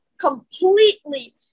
completely